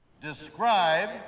Describe